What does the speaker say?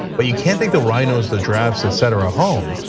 but you can't take the rhinos, the giraffes, etc, home,